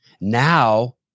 now